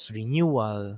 renewal